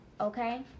okay